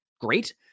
great